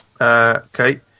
Okay